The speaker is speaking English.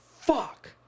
fuck